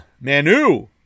Manu